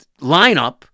lineup